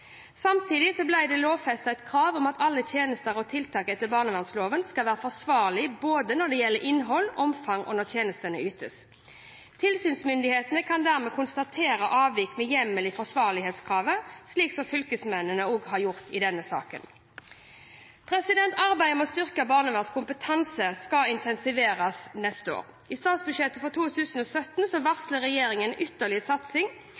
Samtidig ble det lovfestet et krav om at alle tjenester og tiltak etter barnevernsloven skal være forsvarlige når det gjelder både innhold, omfang og når tjenestene ytes. Tilsynsmyndighetene kan dermed konstatere avvik med hjemmel i forsvarlighetskravet, slik som fylkesmennene også har gjort i denne saken. Arbeidet med å styrke barnevernets kompetanse skal intensiveres neste år. I statsbudsjettet for 2017 varsler regjeringen en ytterligere satsing